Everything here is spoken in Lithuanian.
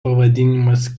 pavadinimas